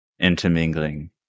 intermingling